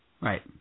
Right